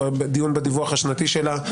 דיון בדיווח השנתי שלה.